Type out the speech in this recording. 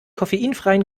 koffeinfreien